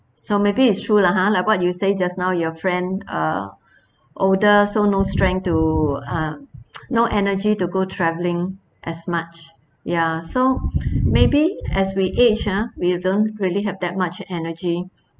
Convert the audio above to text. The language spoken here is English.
so maybe it's true lah !huh! like what you say just now your friend uh older so no strength to uh no energy to go travelling as much ya so maybe as we age ah we don't really have that much energy